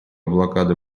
блокады